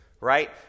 Right